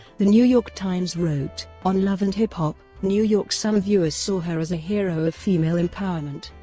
the new york times wrote on love and hip hop new york some viewers saw her as a hero of female empowerment,